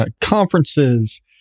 conferences